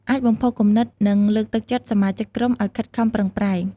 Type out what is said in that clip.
អាចបំផុសគំនិត និងលើកទឹកចិត្តសមាជិកក្រុមឱ្យខិតខំប្រឹងប្រែង។